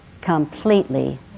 completely